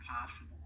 possible